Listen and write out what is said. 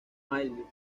miley